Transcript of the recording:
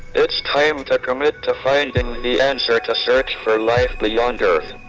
it's time to commit to finding the answer to search for life beyond earth.